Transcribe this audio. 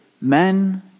men